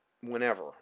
whenever